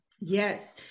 Yes